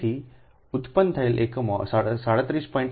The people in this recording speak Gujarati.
તેથી ઉત્પન્ન થયેલ એકમો 37